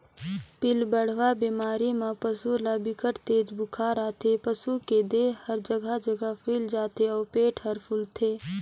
पिलबढ़वा बेमारी म पसू ल बिकट तेज बुखार आथे, पसू के देह हर जघा जघा फुईल जाथे अउ पेट हर फूलथे